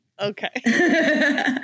Okay